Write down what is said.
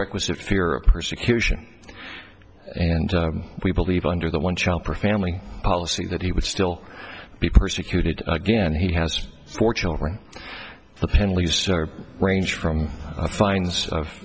requisite fear of persecution and we believe under the one child per family policy that he would still be persecuted again he has four children the penalties range from fines